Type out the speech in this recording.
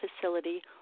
facility